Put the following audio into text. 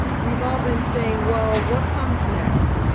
we've all been saying well what comes next?